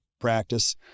practice